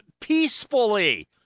peacefully